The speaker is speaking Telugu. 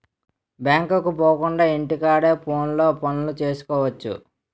బ్యాంకుకు పోకుండా ఇంటి కాడే ఫోనులో పనులు సేసుకువచ్చు